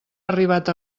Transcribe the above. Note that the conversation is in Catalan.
arribat